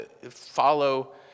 Follow